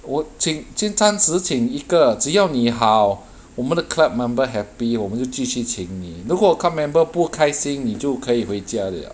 我请就暂时请一个只要你好我们的 club member happy 我们就继续请你如果 club member 不开心你就可以回家 liao